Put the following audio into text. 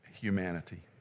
humanity